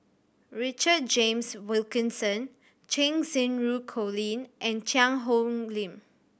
Richard James Wilkinson Cheng Xinru Colin and Cheang Hong Lim